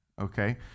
Okay